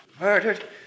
Murdered